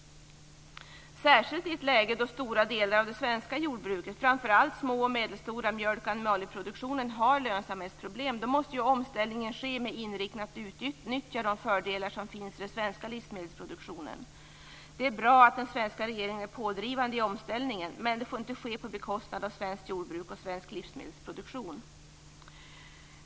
Särskilt i ett läge då stora delar av det svenska jordbruket, framför allt små och medelstora jordbruk med mjölk och animalieproduktion, har lönsamhetsproblem måste omställningen ske med inriktningen att man skall utnyttja de fördelar som finns i den svenska livsmedelsproduktionen. Det är bra att den svenska regeringen är pådrivande i omställningen. Men det får inte ske på bekostnad av svenskt jordbruk och svensk livsmedelsproduktion.